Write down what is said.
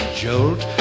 jolt